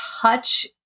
touch